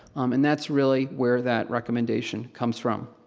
and that's really where that recommendation comes from.